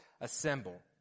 assemble